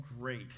great